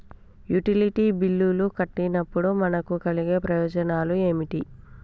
Utility బిల్లులు కట్టినప్పుడు మనకు కలిగే ప్రయోజనాలు ఏమిటి?